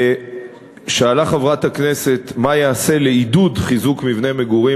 3. שאלה חברת הכנסת מה ייעשה לעידוד חיזוק מבני מגורים